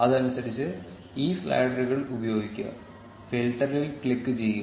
അതനുസരിച്ച് ഈ സ്ലൈഡറുകൾ ഉപയോഗിക്കുക ഫിൽട്ടറിൽ ക്ലിക്കുചെയ്യുക